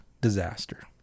disaster